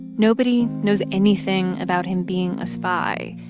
nobody knows anything about him being a spy.